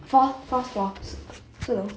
fourth fourth floor 四楼